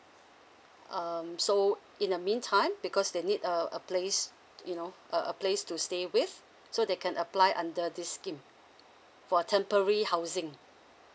um so in the meantime because they need a a place you know a a place to stay with so they can apply under this scheme for temporary housing